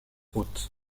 haute